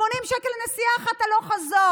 80 שקל לנסיעה אחת הלוך-חזור.